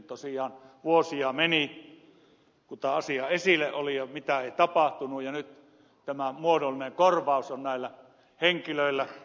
tosiaan vuosia meni kun tämä asia esillä oli ja mitään ei tapahtunut ja nyt tämä muodollinen korvaus on näillä henkilöillä